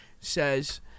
says